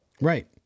Right